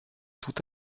tout